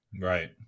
Right